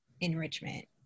enrichment